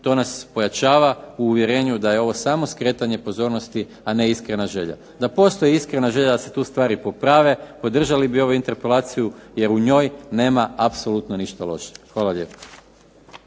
to nas pojačava u uvjerenju da je ovo samo skretanje pozornosti, a ne iskrena želja. Da postoji iskrena želja da se tu stvari poprave podržali bi ovu interpelaciju, jer u njoj nema apsolutno ništa loše. Hvala lijepa.